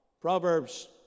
Proverbs